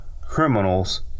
criminals